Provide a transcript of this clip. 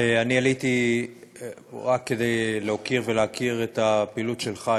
עליתי רק כדי להוקיר את הפעילות שלך,